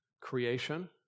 Creation